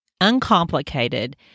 uncomplicated